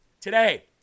today